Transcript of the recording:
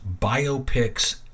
biopics